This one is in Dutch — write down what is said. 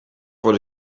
voor